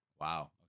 Wow